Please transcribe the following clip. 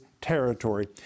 territory